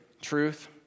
truth